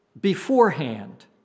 beforehand